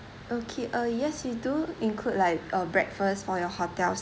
okay uh yes we do include like a breakfast for your hotel